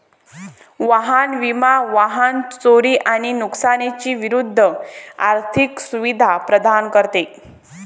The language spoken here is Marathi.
वाहन विमा वाहन चोरी आणि नुकसानी विरूद्ध आर्थिक सुरक्षा प्रदान करते